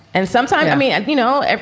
and sometimes, i mean, i you know, and